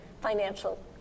financial